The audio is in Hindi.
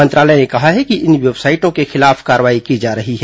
मंत्रालय ने कहा है कि इन वेबसाइटों के खिलाफ कार्रवाई की जा रही है